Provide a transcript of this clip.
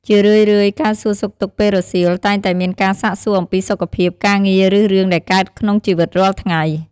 ជារឿយៗ ការសួរសុខទុក្ខពេលរសៀល តែងតែមានការសាកសួរអំពីសុខភាព ការងារ ឬរឿងដែលកើតក្នុងជីវិតរាល់ថ្ងៃ។